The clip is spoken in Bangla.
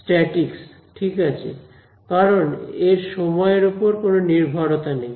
স্ট্যাটিকস ঠিক আছে কারণ এর সময় এর উপর কোন নির্ভরতা নেই